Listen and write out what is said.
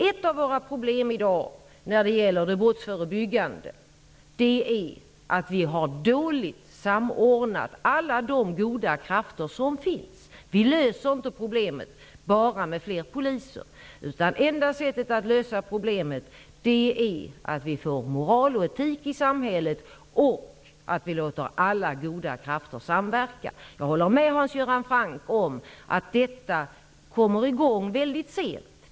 Ett av problemen när det gäller det brottsförebyggande arbetet i dag är att alla de goda krafter som finns är dåligt samordnade. Vi löser inte problemet bara med fler poliser, utan det enda sättet att lösa problemet är att införa moral och etik i samhället och att låta alla goda krafter samverka. Jag håller med Hans Göran Franck om att detta arbete kommer i gång väldigt sent.